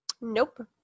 Nope